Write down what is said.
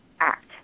act